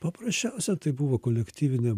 paprasčiausia tai buvo kolektyvinė